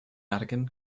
vatican